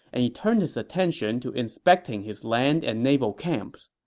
and he turned his attention to inspecting his land and naval camps.